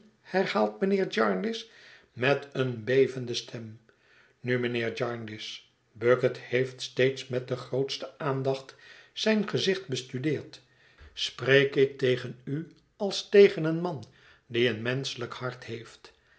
herhaalt mijnheer jarndyce met eene bevende stem nu mijnheer jarndyce bucket heeft steeds met de grootste aandacht zijn gezicht bestudeerd spreek ik tegen u als tegen een man die een menschelijk hart heeft